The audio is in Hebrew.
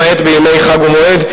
למעט בימי חג ומועד,